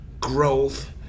growth